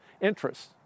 interests